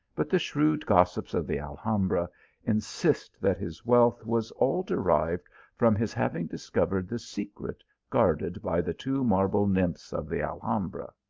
but the shrewd gossips of the alhambra insist that his wealth was all derived from his having discovered the secret guarded by the two marble nymphs of the alhambra.